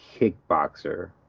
kickboxer